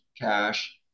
cash